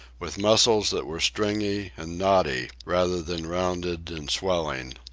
with muscles that were stringy and knotty rather than rounded and swelling.